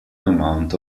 amount